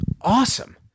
awesome